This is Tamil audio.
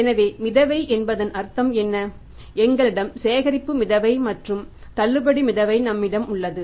எனவே மிதவை என்பதன் அர்த்தம் என்ன எங்களிடம் சேகரிப்பு மிதவை மற்றும் தள்ளுபடி மிதவை நம்மிடம் உள்ளது